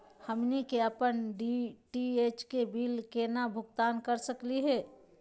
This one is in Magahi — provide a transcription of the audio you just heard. हमनी के अपन डी.टी.एच के बिल केना भुगतान कर सकली हे?